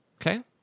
Okay